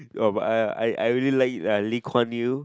oh but I I I really like uh Lee-Kuan-Yew